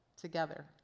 together